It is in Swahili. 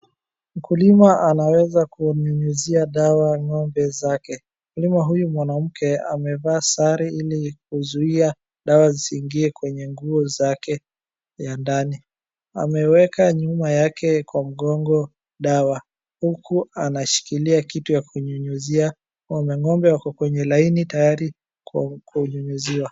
Mkulima anaweza kunyunyizia dawa ngombe zake, mkulima huyu mwanamke amevaa sare ili kuzuia dawa zisiingie kwenye nguo zake ya ndani. Ameweka nyuma yake kwa mgongo dawa ,huku anashikilia kitu ya kunyunyizia ngombe. Ngombe wako kwenye laini tayari kunyunyiziwa.